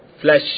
flesh